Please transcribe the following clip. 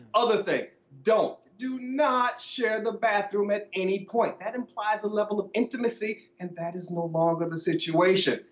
other thing, don't, do not share the bathroom at any point. that implies a level of intimacy and that is no longer the situation.